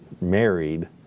married